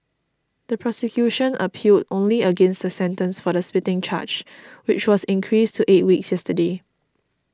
the prosecution appealed only against the sentence for the spitting charge which was increased to eight weeks yesterday